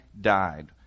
died